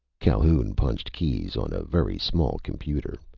calhoun punched keys on a very small computer.